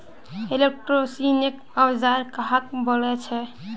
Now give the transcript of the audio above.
Electrician औजार कहाक बोले छे?